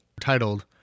titled